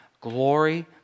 glory